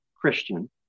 Christian